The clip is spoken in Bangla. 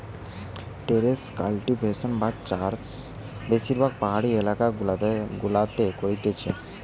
টেরেস কাল্টিভেশন বা চাষ বেশিরভাগ পাহাড়ি এলাকা গুলাতে করতিছে